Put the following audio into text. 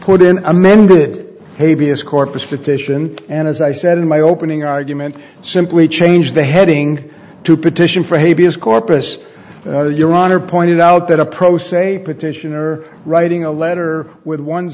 put in amended havey as corpus petition and as i said in my opening argument simply change the heading to petition for a b as corpus your honor pointed out that a pro se petition or writing a letter with one